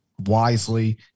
wisely